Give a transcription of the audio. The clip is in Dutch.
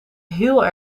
heel